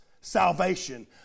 salvation